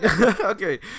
okay